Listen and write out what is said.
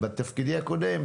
תפקידי הקודם,